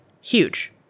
Huge